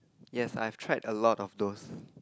yes I have tried a lot of those